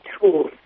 tools